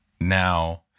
now